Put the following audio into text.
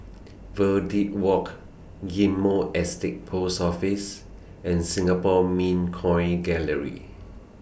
Verde Walk Ghim Moh Estate Post Office and Singapore Mint Coin Gallery